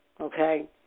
okay